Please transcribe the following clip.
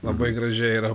labai gražiai yra